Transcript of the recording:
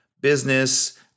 business